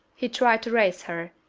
he tried to raise her,